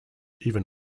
even